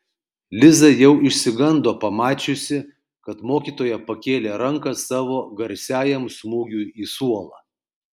liza jau išsigando pamačiusi kad mokytoja pakėlė ranką savo garsiajam smūgiui į suolą